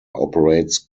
operates